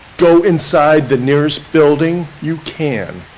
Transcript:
go inside the nearest building you can.